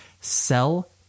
sell